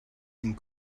and